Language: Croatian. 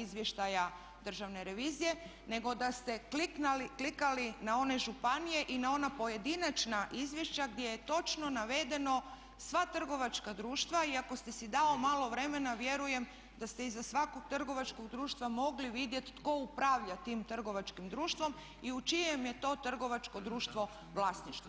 izvještaja Državne revizije nego da ste kliknuli na one županije i na ona pojedinačna izvješća gdje je točno navedeno sva trgovačka društva i ako ste si dali malo vremena vjerujem da ste iza svakog trgovačkog društva mogli vidjeti tko upravlja tim trgovačkim društvom i u čijem je to trgovačko društvo vlasništvu.